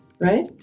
right